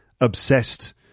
obsessed